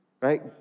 right